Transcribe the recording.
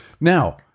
Now